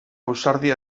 ausardia